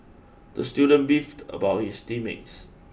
the student beefed about his team mates